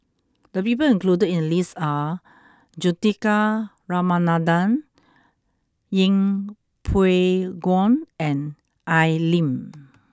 the people included in the list are Juthika Ramanathan Yeng Pway Ngon and Al Lim